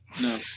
No